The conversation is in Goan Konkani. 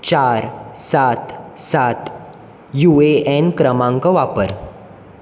चार सात सात यू ए एन क्रमांक वापर